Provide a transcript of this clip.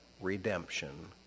redemption